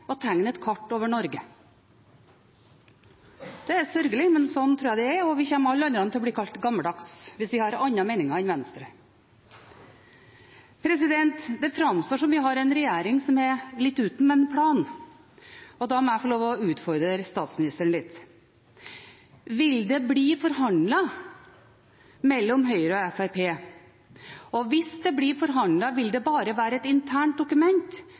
og tegne et kart over Norge. Det er sørgelig, men slik tror jeg det er, og alle vi andre kommer til å bli kalt gammeldagse hvis vi har andre meninger enn Venstre. Det framstår som om vi har en regjering som er litt uten en plan. Da må jeg få lov å utfordre statsministeren litt: Vil det bli forhandlet mellom Høyre og Fremskrittspartiet, og hvis det blir forhandlet, vil det bare være et internt dokument,